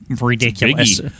ridiculous